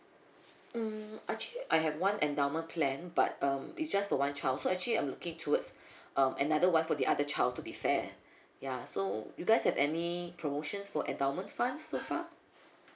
mm actually I have one endowment plan but um it's just for one child so actually I'm looking towards um another one for the other child to be fair ya so you guys have any promotions for endowment fund so far